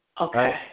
Okay